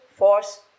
Force